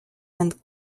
and